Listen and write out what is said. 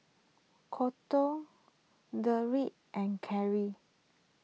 Kolton Derrek and Carry